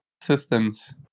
systems